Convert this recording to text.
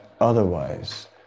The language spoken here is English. Otherwise